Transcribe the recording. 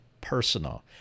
personal